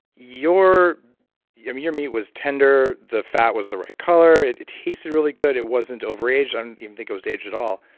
your yeah your meat was tender, the fat was the right color, it tasted really good, it wasn't overaged. i don't even think it was aged at all.